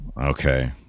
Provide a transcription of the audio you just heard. okay